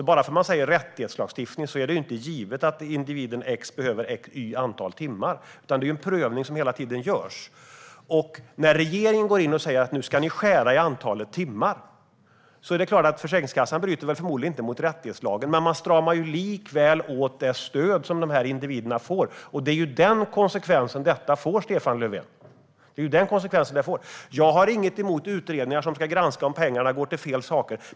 Bara för att det är en rättighetslagstiftning är det ju inte givet att individen x behöver y antal timmar, utan det är en prövning som hela tiden görs. När regeringen går in och säger att Försäkringskassan ska skära ned antalet timmar bryter Försäkringskassan förmodligen inte mot rättighetslagen, men man stramar likväl åt det stöd som de här individerna får. Det är den konsekvensen detta får, Stefan Löfven. Jag har inget emot utredningar som ska granska om pengarna går till fel ändamål.